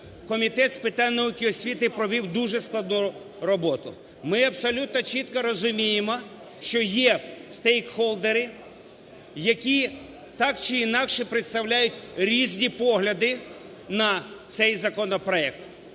Комітет з питань науки і освіти провів дуже складну роботу. Ми абсолютно чітко розуміємо, що є стейкхолдери, які так чи інакше представляють різні погляди на цей законопроект.